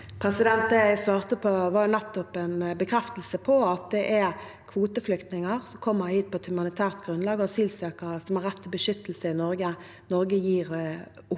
Det jeg svarte på, var nettopp en bekreftelse på at det er kvoteflyktninger som kommer hit på et humanitært grunnlag, og asylsøkere som har rett til beskyttelse i Norge, som Norge gir opphold.